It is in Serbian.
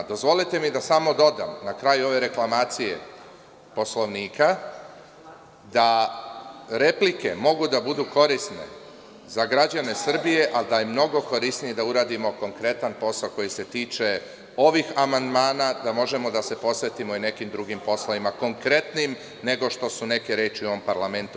Dozvolite mi da smo dodam na kraju ove reklamacije Poslovnika, replike mogu da budu korisne za građane Srbije, a da je mnogo korisnije da uradimo konkretan posao koji se tiče ovih amandmana, da možemo da se posvetimo i nekim drugim poslovima, konkretnim, nego što su neke reči u ovom parlamentu.